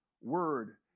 word